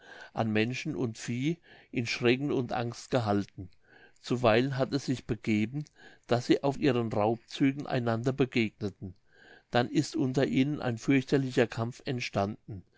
an menschen und vieh in schrecken und angst gehalten zuweilen hat es sich begeben daß sie auf ihren raubzügen einander begegneten dann ist unter ihnen ein fürchterlicher kampf entstanden